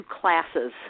classes